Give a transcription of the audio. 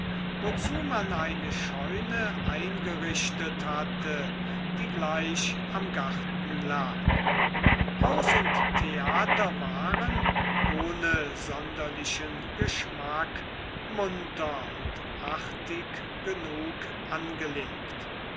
wozu man eine scheune eingerichtet hatte die gleich am garten lag haus und theater waren ohne sonderlichen geschmack munter und artig angelegt